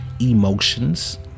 emotions